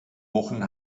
wochen